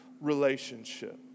relationship